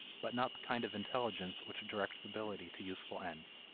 but not the kind of intelligence which directs ability to useful ends.